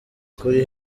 kuri